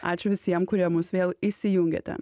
ačiū visiem kurie mus vėl įsijungėte